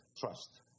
trust